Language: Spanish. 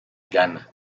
ghana